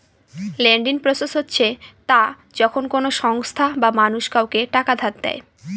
lending process হচ্ছে তা যখন কোনো সংস্থা বা মানুষ কাউকে টাকা ধার দেয়